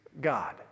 God